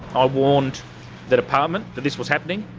i warned the department that this was happening.